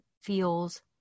feels